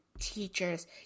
teachers